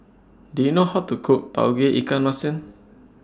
Do YOU know How to Cook Tauge Ikan Masin